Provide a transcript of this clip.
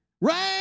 Right